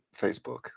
Facebook